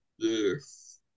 Yes